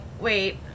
wait